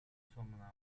zona